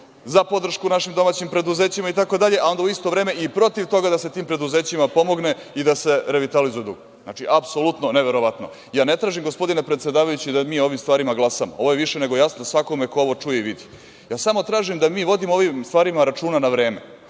za podršku našim domaćim preduzećima itd. a onda u isto vreme i protiv toga da se tim preduzećima pomogne i da se revitalizuje dug. Znači, apsolutno, neverovatno. Ja ne tražim, gospodine predsedavajući, da mi o ovim stvarima glasamo, ovo je više nego jasno svakome ko ovo čuje i vidi. Ja samo tražim da mi vodimo o ovim stvarima računa na vreme.